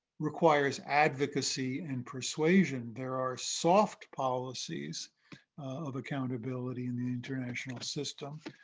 requires advocacy and persuasion. there are soft policies of accountability in the international system,